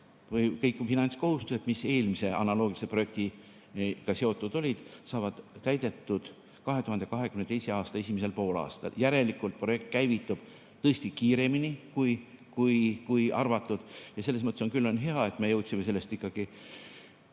kõik finantskohustused, mis eelmise analoogilise projektiga seotud olid, saavad täidetud 2022. aasta esimesel poolel. Järelikult projekt käivitub tõesti kiiremini, kui arvatud ja selles mõttes on küll hea, et me jõudsime sellest varakult